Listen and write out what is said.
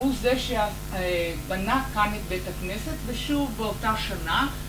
הוא זה שבנה כאן את בית הכנסת ושוב באותה שנה